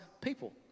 people